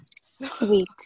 Sweet